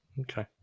Okay